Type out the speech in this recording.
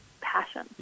passion